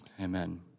Amen